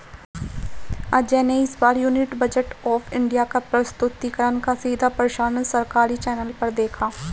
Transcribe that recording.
अजय ने इस बार यूनियन बजट ऑफ़ इंडिया का प्रस्तुतिकरण का सीधा प्रसारण सरकारी चैनल पर देखा